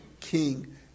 king